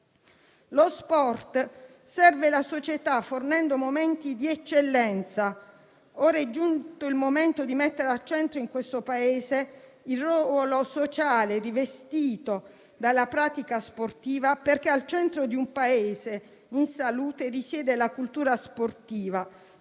Lo sport serve la società, fornendo momenti di eccellenza; ora è giunto il momento di mettere al centro in questo Paese il ruolo sociale rivestito dalla pratica sportiva perché al centro di un Paese in salute risiede la cultura sportiva,